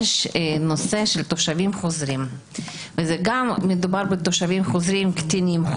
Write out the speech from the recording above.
יש נושא של תושבים חוזרים וזה גם מדובר בתושבים חוזרים קטינים,